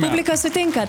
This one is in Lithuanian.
publika sutinka